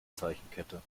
zeichenkette